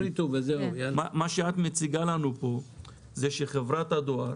מה שאת מציגה לנו פה זה שלחברת הדואר